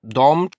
dom